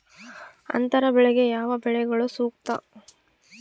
ಅಂತರ ಬೆಳೆಗೆ ಯಾವ ಬೆಳೆಗಳು ಸೂಕ್ತ?